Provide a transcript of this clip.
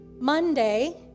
Monday